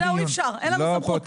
זהו, אי אפשר, אין לנו סמכות.